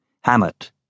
Hammett